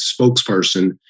spokesperson